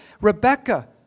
Rebecca